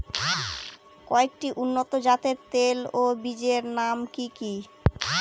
কয়েকটি উন্নত জাতের তৈল ও বীজের নাম কি কি?